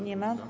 Nie ma.